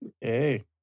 Hey